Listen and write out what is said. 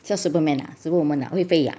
sure superman ah superwoman ah 会飞 ah